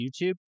YouTube